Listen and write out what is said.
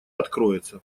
откроется